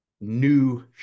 new